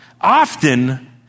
often